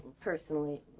personally